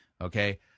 Okay